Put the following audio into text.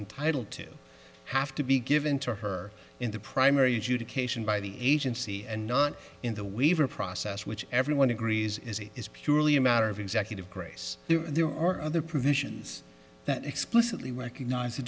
entitled to have to be given to her in the primary education by the agency and not in the waiver process which everyone agrees is a is purely a matter of executive grace there are other provisions that explicitly recognize t